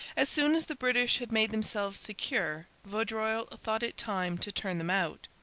as soon as the british had made themselves secure vaudreuil thought it time to turn them out.